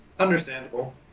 understandable